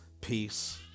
peace